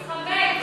להתחמק,